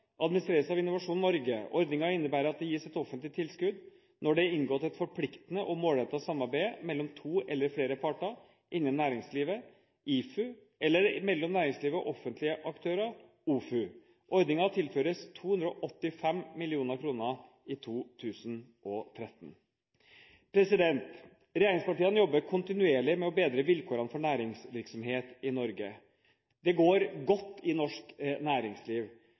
av Innovasjon Norge. Ordningen innebærer at det gis et offentlig tilskudd når det er inngått et forpliktende og målrettet samarbeid mellom to eller flere parter innen næringslivet, IFU, eller mellom næringslivet og offentlige aktører, OFU. Ordningen tilføres 285 mill. kr i 2013. Regjeringspartiene jobber kontinuerlig med å bedre vilkårene for næringsvirksomhet i Norge. Det går godt i norsk næringsliv,